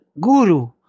guru